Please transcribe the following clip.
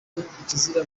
ikizira